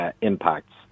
impacts